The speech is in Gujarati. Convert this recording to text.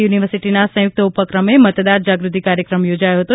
યુનિવર્સિટીના સંયુક્ત ઉપક્રમે મતદાર જાગૃતિ કાર્યક્રમ યોજાયો હતો